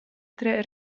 tre